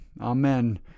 Amen